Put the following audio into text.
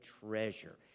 treasure